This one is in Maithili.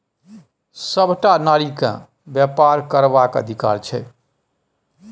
सभटा नारीकेँ बेपार करबाक अधिकार छै